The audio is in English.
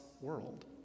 world